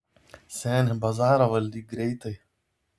seni bazarą valdyk greitai